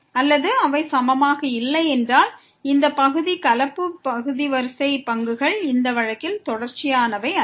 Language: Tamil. அல்லது அவை சமமாக இல்லை என்றால் இந்த பகுதி கலப்பு பகுதி வரிசை பங்குகள் அந்த வழக்கில் தொடர்ச்சியானவை அல்ல